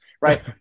right